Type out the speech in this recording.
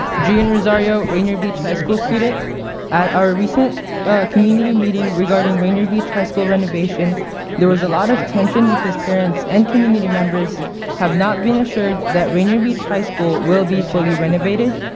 gian rosario, rainier beach high school student at our recent community meeting regarding rainier beach high school renovation there was a lot of tension because parents and community members have not been assured that rainier beach high school will be fully renovated.